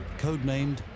codenamed